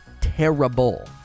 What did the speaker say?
terrible